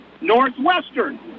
Northwestern